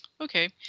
Okay